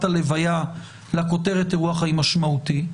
הלוויה לכותרת אירוע חיים משמעותי.